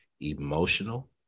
emotional